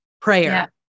prayer